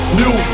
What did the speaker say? new